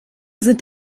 sind